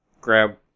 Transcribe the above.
grab